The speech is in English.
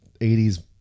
80s